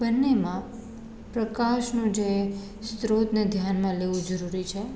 બંનેમાં પ્રકાશનું જે સ્ત્રોતને ધ્યાનમાં લેવું જરૂરી છે